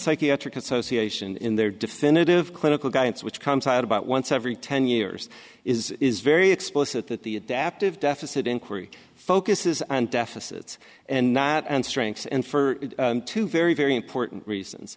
psychiatric association in their definitive clinical guidance which comes out about once every ten years is is very explicit that the adaptive deficit inquiry focuses and deficits and not and strengths and for two very very important reasons